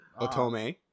Otome